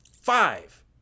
Five